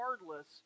regardless